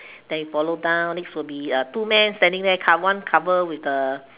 then you follow down next would be uh two man standing there car one cover with the